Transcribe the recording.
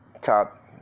top